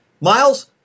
Miles